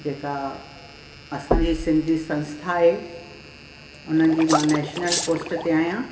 जेका असांजी सिंधी संस्था आहे हुननि जी मां नेशनल पोस्ट ते आहियां